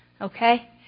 okay